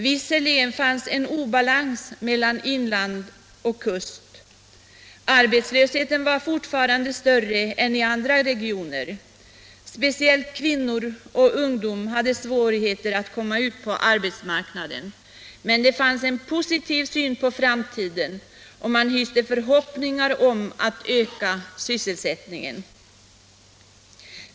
Visserligen fanns en obalans mellan inland och kust, arbetslösheten var större än i andra regioner, speciellt kvinnor och ungdom hade svårigheter att komma ut på arbetsmarknaden, men det fanns en positiv syn på framtiden och man hyste förhoppningar om att öka sysselsättningen.